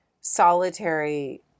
solitary